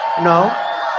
no